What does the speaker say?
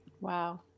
Wow